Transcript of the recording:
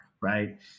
right